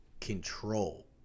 control